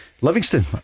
Livingston